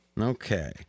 Okay